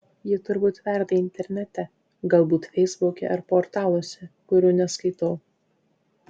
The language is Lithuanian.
ji turbūt verda internete galbūt feisbuke ar portaluose kurių neskaitau